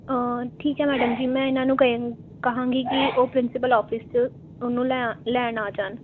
ਠੀਕ ਹੈ ਮੈਡਮ ਜੀ ਮੈਂ ਇਹਨਾਂ ਨੂੰ ਕ ਕਹਾਂਗੀ ਕਿ ਉਹ ਪ੍ਰਿੰਸੀਪਲ ਆਫਿਸ 'ਚ ਉਹਨੂੰ ਲੈ ਲੈਣ ਆ ਜਾਣ